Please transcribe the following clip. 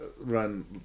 run